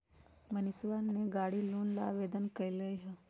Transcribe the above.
मनीषवा ने गाड़ी लोन ला आवेदन कई लय है